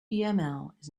not